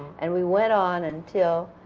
and we went on until